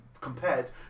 compared